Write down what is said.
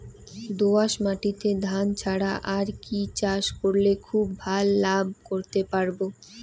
দোয়াস মাটিতে ধান ছাড়া আর কি চাষ করলে খুব ভাল লাভ করতে পারব?